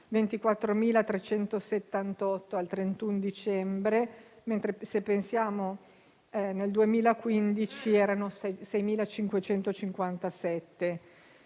24.378 al 31 dicembre, mentre nel 2015 erano 6.557.